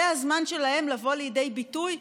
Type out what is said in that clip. זה הזמן שלהם לבוא לידי ביטוי,